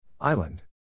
Island